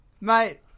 mate